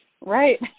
Right